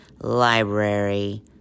library